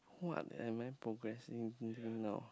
what am I progressing now